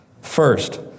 First